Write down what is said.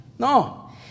No